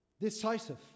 decisive